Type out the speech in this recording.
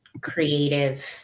creative